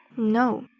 no.